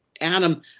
Adam